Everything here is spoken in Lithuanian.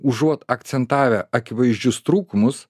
užuot akcentavę akivaizdžius trūkumus